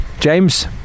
James